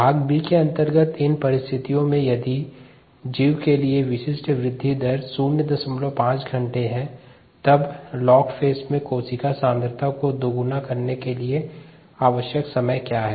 भाग b के अंतर्गत इन परिस्थितियों में यदि इस जीव के लिए विशिष्ट वृद्धि दर 05 घंटे है तब लॉग फेज में कोशिका सांद्रता को दोगुना करने के लिए आवश्यक समय क्या है